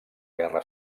guerra